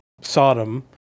sodom